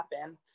happen